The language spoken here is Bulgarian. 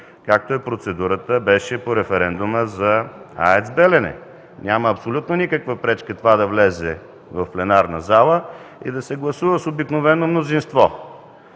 както беше процедурата по референдума за АЕЦ „Белене”. Няма абсолютно никаква пречка това да влезе в пленарната зала и да се гласува с обикновено мнозинство,